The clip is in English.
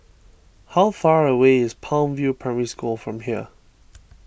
how far away is Palm View Primary School from here